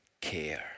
care